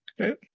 Okay